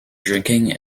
drinking